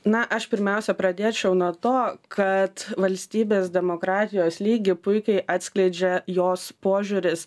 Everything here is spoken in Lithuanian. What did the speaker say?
na aš pirmiausia pradėčiau nuo to kad valstybės demokratijos lygį puikiai atskleidžia jos požiūris